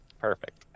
Perfect